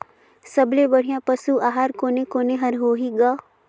सबले बढ़िया पशु आहार कोने कोने हर होही ग?